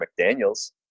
McDaniels